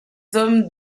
hommes